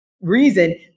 reason –